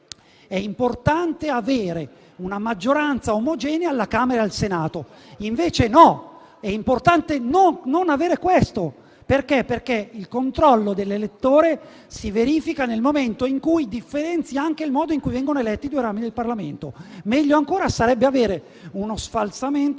è importante avere una maggioranza omogenea alla Camera e al Senato. Invece no: è importante che non sia così, perché il controllo dell'elettore si verifica nel momento in cui si differenzia anche il modo in cui vengono eletti i due rami del Parlamento. Meglio ancora sarebbe avere uno sfasamento